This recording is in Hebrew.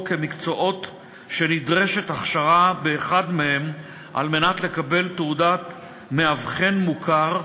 כמקצועות שנדרשת הכשרה באחד מהם על מנת לקבל תעודת מאבחן מוכר,